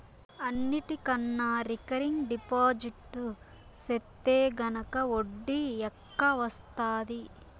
అన్నిటికన్నా recurring deposit సెత్తే గనక ఒడ్డీ ఎక్కవొస్తాది